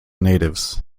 natives